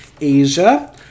Asia